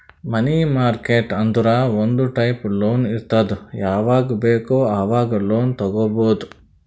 ಮನಿ market ಅಂದುರ್ ಒಂದ್ type loan ಇರ್ತುದ್ ಯಾವಾಗ್ ಬೇಕ್ ಆವಾಗ್ ಲೋನ್ ತಗೊಬೋದ್